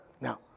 Now